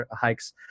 hikes